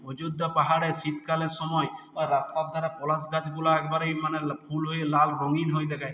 অযোধ্যা পাহাড়ে শীতকালের সময় রাস্তার ধারে পলাশ গাছগুলা একবারেই মানে লা পুরোই লাল রঙিন হয়ে থাকে